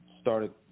started